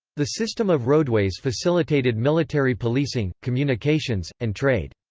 the system of roadways facilitated military policing, communications, and trade.